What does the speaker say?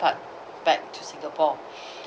depart back to singapore